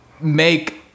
make